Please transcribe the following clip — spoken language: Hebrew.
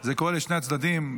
זה קורה לשני הצדדים.